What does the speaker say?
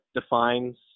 defines